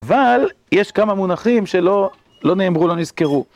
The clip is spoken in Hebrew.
אבל יש כמה מונחים שלא נאמרו, לא נזכרו.